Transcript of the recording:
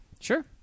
Sure